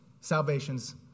salvation's